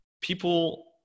people